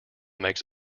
makes